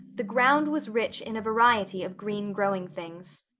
the ground was rich in a variety of green growing things.